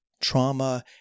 trauma